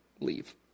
leave